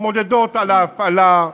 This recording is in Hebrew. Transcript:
מתמודדות על ההפעלה.